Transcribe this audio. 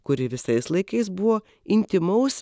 kuri visais laikais buvo intymaus